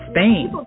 Spain